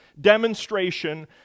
demonstration